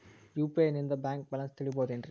UPI ನಿಂದ bank balance ತಿಳಿಬಹುದೇನ್ರಿ?